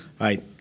Right